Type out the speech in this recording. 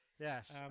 Yes